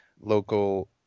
local